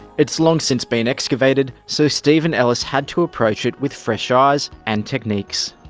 it's long since been excavated, so steven ellis had to approach it with fresh ah eyes and techniques.